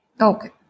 Okay